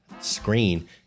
screen